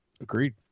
Agreed